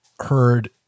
Heard